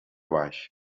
baix